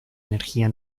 energía